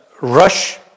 rush